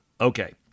Okay